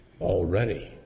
already